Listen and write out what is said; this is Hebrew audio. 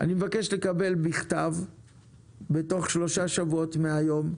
אני מבקש לקבל בכתב בתוך שלושה שבועות מהיום,